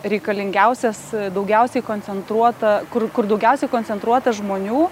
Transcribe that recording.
reikalingiausias daugiausiai koncentruota kur kur daugiausiai koncentruota žmonių